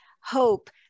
hope